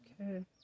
Okay